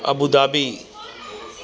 Abu Dhabi